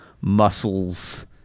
muscles